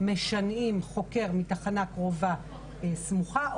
משנעים חוקר מתחנה קרובה סמוכה,